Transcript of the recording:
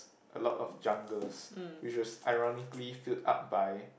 a lot of jungles which was ironically filled up by